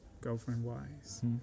girlfriend-wise